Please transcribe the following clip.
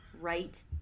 right